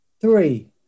three